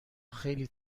خیلی